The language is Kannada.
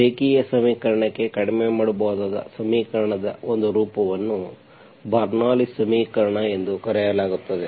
ರೇಖೀಯ ಸಮೀಕರಣಕ್ಕೆ ಕಡಿಮೆ ಮಾಡಬಹುದಾದ ಸಮೀಕರಣದ ಒಂದು ರೂಪವನ್ನು ಬರ್ನೌಲ್ಲಿಸ್ Bernoullis ಸಮೀಕರಣ ಎಂದು ಕರೆಯಲಾಗುತ್ತದೆ